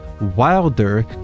Wilder